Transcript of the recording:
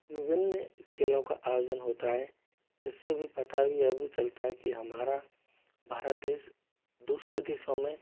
विभिन्न खेलों का आयोजन होता है इससे भी पता भी यह भी चलता है कि हमारा भारत देश दूसरे देशों में